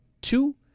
two